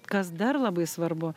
kas dar labai svarbu